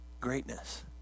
greatness